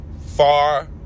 Far